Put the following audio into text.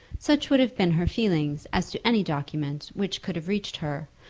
such would have been her feelings as to any document which could have reached her,